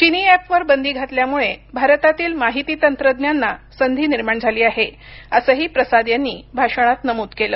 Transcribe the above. चिनी एप वर बंदी घातल्यामुळे भारतातील माहिती तंत्रज्ञांना संधी निर्माण झाली आहे असंही प्रसाद यांनी भाषणात नमूद केलं